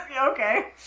Okay